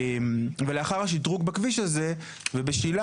ולאחר השדרוג בכביש הזה ובשילת,